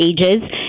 ages